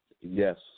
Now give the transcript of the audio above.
Yes